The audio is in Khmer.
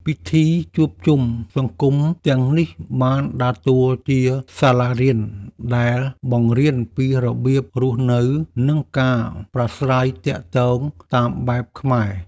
ពិធីជួបជុំសង្គមទាំងនេះបានដើរតួជាសាលារៀនដែលបង្រៀនពីរបៀបរស់នៅ និងការប្រាស្រ័យទាក់ទងតាមបែបខ្មែរ។